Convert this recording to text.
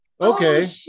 okay